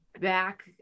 back